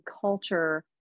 Culture